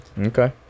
Okay